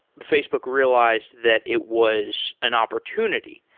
facebook realized that it was an opportunity.